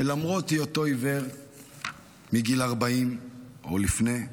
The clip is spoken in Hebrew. שלמרות היותו עיוור מגיל 40 או לפני,